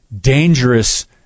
dangerous